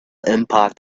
impact